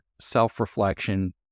self-reflection